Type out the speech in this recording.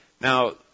Now